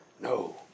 No